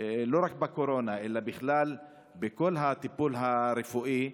לא רק בקורונה, אלא בכלל, לכל הטיפול הרפואי,